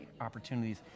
opportunities